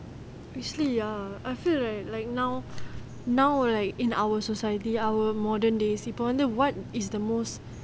actually ya I feel right like now now like in our society our modern days people wonder what is the most